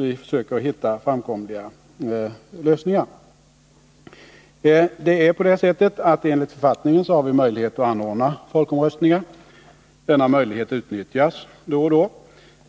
Vi försöker hitta framkomliga vägar. Enligt författningen har vi möjlighet att anordna folkomröstningar. Denna möjlighet utnyttjas då och då.